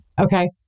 okay